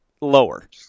lower